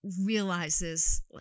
realizes